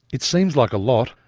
it seems like a lot.